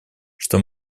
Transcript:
что